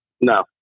No